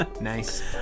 Nice